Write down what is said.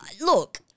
Look